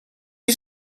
die